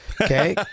Okay